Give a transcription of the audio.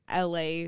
la